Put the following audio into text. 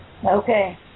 Okay